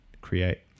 create